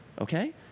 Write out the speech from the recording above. Okay